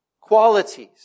qualities